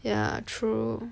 ya true